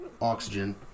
Oxygen